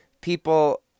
people